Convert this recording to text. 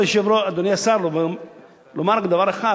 אדוני השר, אסיים ואומר רק דבר אחד.